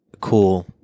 cool